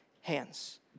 hands